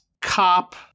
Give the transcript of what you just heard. cop